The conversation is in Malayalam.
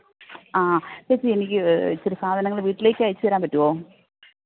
ആ ചേച്ചി എനിക്ക് ഇച്ചിരി സാധനങ്ങൾ വീട്ടിലേക്ക് അയച്ചു തരാൻ പറ്റുമോ